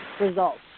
results